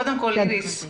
איריס,